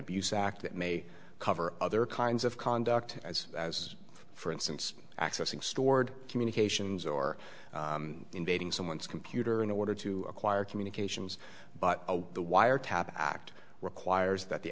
abuse act it may cover other kinds of conduct as for instance accessing stored communications or invading someone's computer in order to acquire communications but the wiretap act requires that the